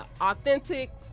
authentic